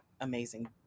amazing